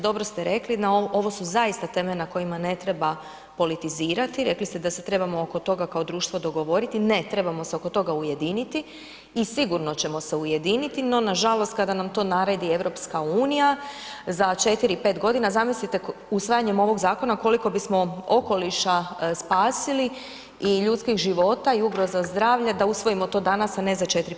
Dobro ste rekli, ovo su zaista teme na kojima ne treba politizirati, rekli ste da se trebamo oko toga kao društvo dogovoriti, ne, trebamo se oko toga ujediniti i sigurno ćemo se ujediniti no nažalost kada nam to naredi EU za 4, 5 g., zamislite usvajanjem ovog zakona koliko bismo okoliša spasili i ljudskih života i ugroza zdravlja, da usvojimo to danas, a ne za 4, 5 godina.